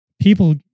people